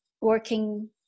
working